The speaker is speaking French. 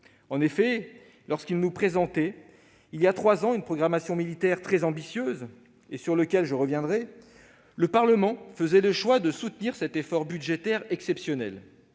En effet, lorsque ce dernier a présenté il y a trois ans une programmation militaire très ambitieuse- j'y reviendrai -, le Parlement a fait le choix de soutenir cet effort budgétaire exceptionnel,